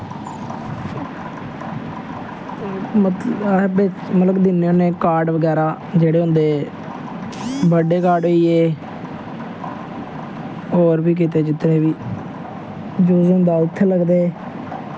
मतलब कि दिन्ने होने कार्ड बगैरा जेह्ड़े होंदे बर्थडे कार्ड़ होई गे होर बी कुतै जित्थै बा यूज होंदा उत्थै लगदे